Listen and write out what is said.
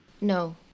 No